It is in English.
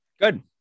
Good